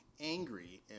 angry